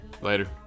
later